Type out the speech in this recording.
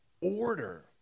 order